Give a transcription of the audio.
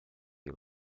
you